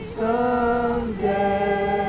someday